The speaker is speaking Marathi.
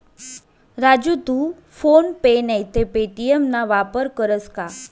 राजू तू फोन पे नैते पे.टी.एम ना वापर करस का?